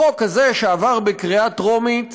החוק הזה שעבר בקריאה טרומית